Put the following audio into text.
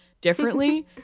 differently